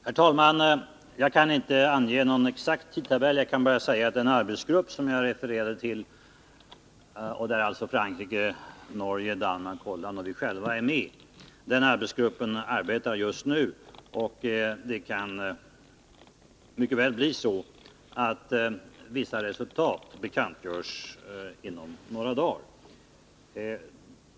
Herr talman! Jag kan inte ange någon exakt tidtabell. Jag kan bara säga att den arbetsgrupp som jag refererade till, där alltså Frankrike, Norge, Danmark, Holland och vi själva är med, just nu arbetar, och vissa resultat kan mycket väl bekantgöras inom några dagar.